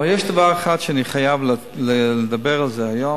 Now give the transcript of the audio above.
אבל יש דבר אחד שאני חייב לדבר עליו היום,